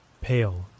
pale